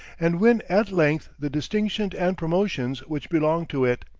and win at length the distinctions and promotions which belong to it.